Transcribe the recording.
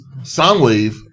Soundwave